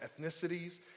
ethnicities